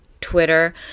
Twitter